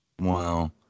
Wow